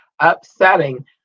upsetting